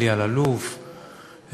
אלי אלאלוף,